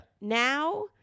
Now